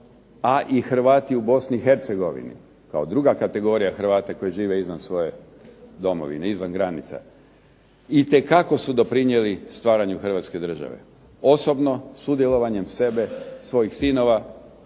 a i Hrvati u Bosni i Hercegovini, kao druga kategorija Hrvata koja živi izvan svoje domovine, izvan granica, itekako su doprinijeli stvaranju Hrvatske države, osobno sudjelovanjem sebe, svojih sinova,